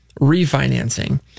refinancing